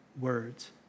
words